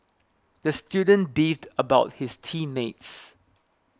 the student beefed about his team mates